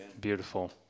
Beautiful